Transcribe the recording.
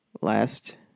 last